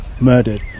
murdered